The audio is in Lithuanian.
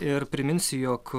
ir priminsiu jog